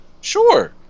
sure